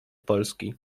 polski